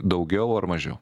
daugiau ar mažiau